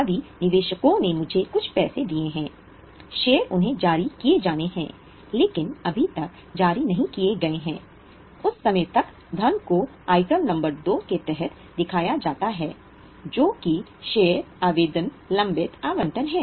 भावी निवेशकों ने मुझे कुछ पैसे दिए हैं शेयर उन्हें जारी किए जाने हैं लेकिन अभी तक जारी नहीं किए गए हैं उस समय तक धन को आइटम नंबर 2 के तहत दिखाया जाता है जो कि शेयर आवेदन लंबित आवंटन है